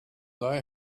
they